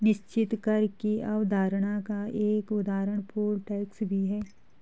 निश्चित कर की अवधारणा का एक उदाहरण पोल टैक्स भी है